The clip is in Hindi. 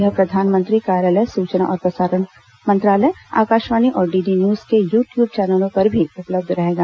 यह प्रधानमंत्री कार्यालय सुचना और प्रसारण मंत्रालय आकाशवाणी और डीडी न्यूजे के यू ट्यूब चैनलों पर भी उपलब्ध रहेगा